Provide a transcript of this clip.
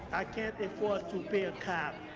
i can't afford to pay a cab.